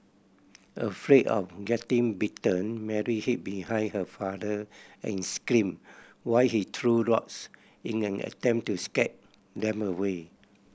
afraid of getting bitten Mary hid behind her father and screamed while he threw rocks in an attempt to scare them away